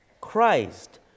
Christ